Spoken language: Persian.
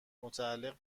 متعلق